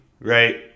right